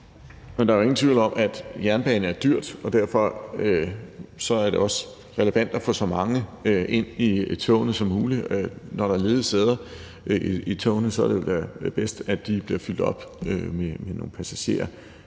Men der er jo ingen tvivl om, at jernbane er dyrt, og derfor er det også relevant at få så mange ind i togene som muligt; når der er ledige sæder i togene, er det jo bedst, at de bliver fyldt op med nogle passagerer